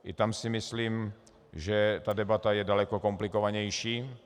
I tam si myslím, že ta debata je daleko komplikovanější.